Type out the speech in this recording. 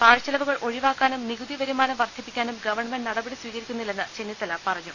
പാഴ്ച്ച്ചെലവുകൾ ഒഴിവാക്കാനും നികുതി വരുമാനം വർധിപ്പിക്കാനും ഗ്വൺമെന്റ് നടപടി സ്വീകരിക്കുന്നി ല്ലെന്ന് ചെന്നിത്തല പറഞ്ഞു